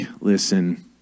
listen